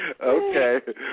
Okay